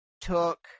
took